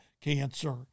cancer